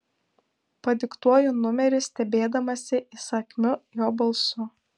padiktuoju numerį stebėdamasi įsakmiu jo balsu